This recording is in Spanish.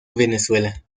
venezuela